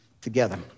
together